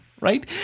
right